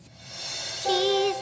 Jesus